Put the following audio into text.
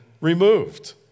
removed